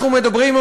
אנחנו מדברים,